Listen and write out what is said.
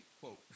quote